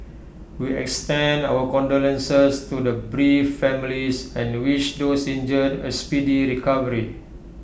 we extend our condolences to the bereaved families and wish those injured A speedy recovery